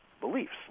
beliefs